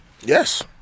Yes